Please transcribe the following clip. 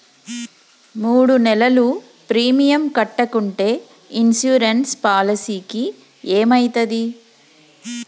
మూడు నెలలు ప్రీమియం కట్టకుంటే ఇన్సూరెన్స్ పాలసీకి ఏమైతది?